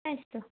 अस्तु